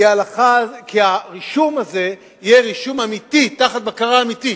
כי הרישום הזה יהיה רישום אמיתי, תחת בקרה אמיתית.